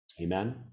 Amen